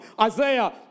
Isaiah